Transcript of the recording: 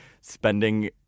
spending